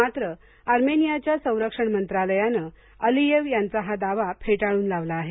मात्र अर्मेनियाच्या संरक्षण मंत्रालयानं अलीयेव यांचा हा दावा फेटाळून लावला आहे